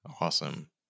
Awesome